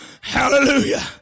hallelujah